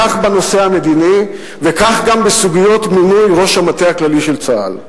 כך בנושא המדיני וכך גם בסוגיות מינוי ראש המטה הכללי של צה"ל.